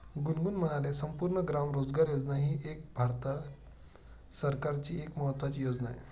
गुनगुन म्हणाले, संपूर्ण ग्राम रोजगार योजना ही भारत सरकारची एक महत्त्वाची योजना आहे